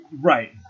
Right